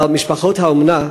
אבל למשפחות האומנה,